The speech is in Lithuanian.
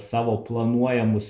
savo planuojamus